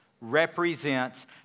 represents